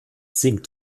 sinkt